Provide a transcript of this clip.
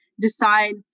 decide